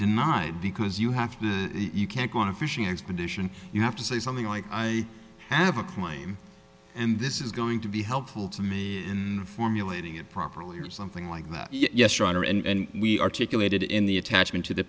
denied because you have to you can't go on a fishing expedition you have to say something like i have a claim and this is going to be helpful to me and formulating it properly or something like that yes your honor and we articulated in the attachment to the